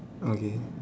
okay